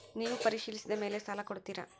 ನೇವು ಪರಿಶೇಲಿಸಿದ ಮೇಲೆ ಸಾಲ ಕೊಡ್ತೇರಾ?